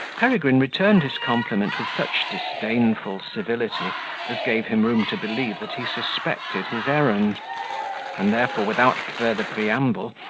peregrine returned his compliment with such disdainful civility as gave him room to believe that he suspected his errand and therefore, without further preamble,